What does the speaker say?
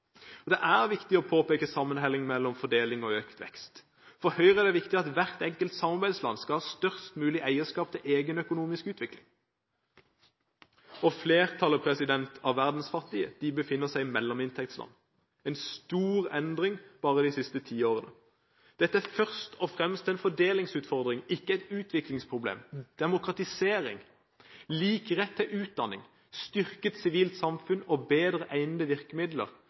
Det er viktig å påpeke sammenhengen mellom fordeling og økt vekst. For Høyre er det viktig at hvert enkelt samarbeidsland skal ha størst mulig eierskap til egen økonomisk utvikling. Flertallet av verdens fattige befinner seg i mellominntektsland – en stor endring bare de siste ti årene. Dette er først og fremst en fordelingsutfordring, ikke et utviklingsproblem. Demokratisering, lik rett til utdanning og styrket sivilt samfunn er bedre egnede virkemidler